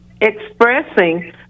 expressing